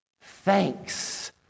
thanks